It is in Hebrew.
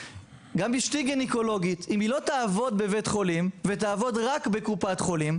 גם אשתי גניקולוגית ואם היא לא תעבוד בבית חולים ותעבוד רק בקופת חולים,